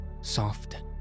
soft